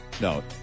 No